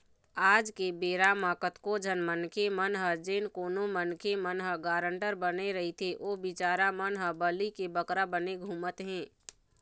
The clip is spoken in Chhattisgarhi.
आज के बेरा म कतको झन मनखे मन ह जेन कोनो मनखे मन ह गारंटर बने रहिथे ओ बिचारा मन ह बली के बकरा बने घूमत हें